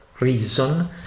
reason